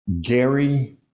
Gary